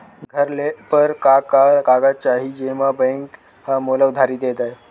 घर ले बर का का कागज चाही जेम मा बैंक हा मोला उधारी दे दय?